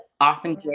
awesome